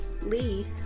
Lee